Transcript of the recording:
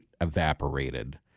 evaporated